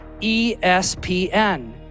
ESPN